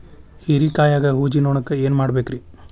ಹೇರಿಕಾಯಾಗ ಊಜಿ ನೋಣಕ್ಕ ಏನ್ ಮಾಡಬೇಕ್ರೇ?